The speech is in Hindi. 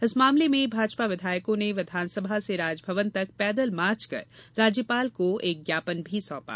इस मामले में भाजपा विधायकों ने विधनासभा से राजभवन तक पैदल मार्च कर राज्यपाल को एक ज्ञापन भी सौंपा